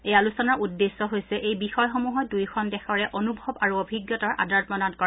এই আলোচনাৰ উদ্দেশ্য হৈছে এই বিষয়সমূহত দুয়োখন দেশৰে অনুভৱ আৰু অভিজ্ঞতাৰ আদান প্ৰদান কৰা